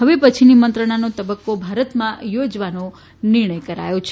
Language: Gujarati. હવે પછીની મંત્રણાનો તબક્કો ભારતમાં યોજવા નિર્ણય થયો હતો